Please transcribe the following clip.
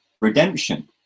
redemption